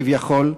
כביכול,